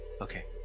Okay